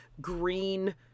green